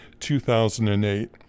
2008